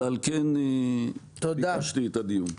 על כן ביקשתי את הדיון.